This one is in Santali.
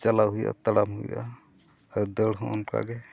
ᱪᱟᱞᱟᱣ ᱦᱩᱭᱩᱜᱼᱟ ᱛᱟᱲᱟᱢ ᱦᱩᱭᱩᱜᱼᱟ ᱟᱨ ᱫᱟᱹᱲ ᱦᱚᱸ ᱚᱱᱠᱟᱜᱮ